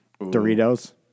Doritos